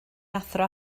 athro